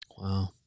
Wow